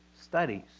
studies